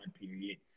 period